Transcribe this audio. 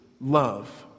love